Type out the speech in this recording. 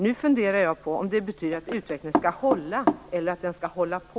Nu funderar jag på om det betyder att utvecklingen skall hålla eller att den skall hålla på.